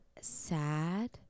sad